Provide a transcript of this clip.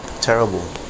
terrible